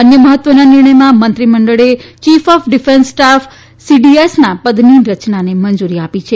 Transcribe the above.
અન્ય મહત્વના નિર્ણયમાં મંત્રી મંડળે ચીફ ઓફ ડિફેન્સ સ્ટાફ સીડીએસના પદની રચનાને મંજુરી આપી છે